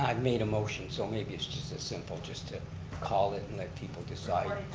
um made a motion, so maybe it's just that simple. just to call it and let people decide,